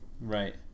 right